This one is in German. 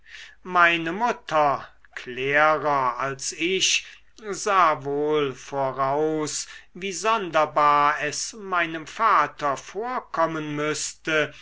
meine mutter klärer als ich sah wohl voraus wie sonderbar es meinem vater vorkommen müßte